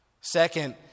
Second